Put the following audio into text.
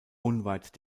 unweit